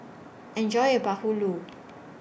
Enjoy your Bahulu